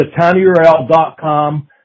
tinyurl.com